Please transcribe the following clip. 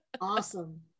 Awesome